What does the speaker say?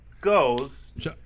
goes